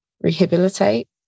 rehabilitate